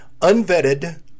unvetted